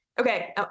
Okay